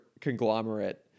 Conglomerate